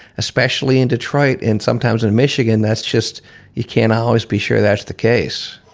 especially in detroit and sometimes in michigan, that's just you cannot always be sure that's the case